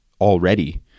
already